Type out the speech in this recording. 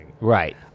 Right